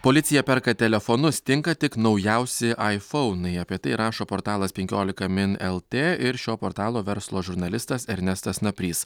policija perka telefonus tinka tik naujausi aifounai apie tai rašo portalas penkiolika min el tė ir šio portalo verslo žurnalistas ernestas naprys